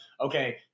okay